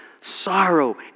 sorrow